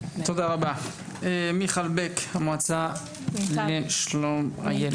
בבקשה, המועצה לשלום הילד.